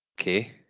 okay